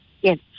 Yes